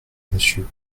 monsieur